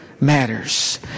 matters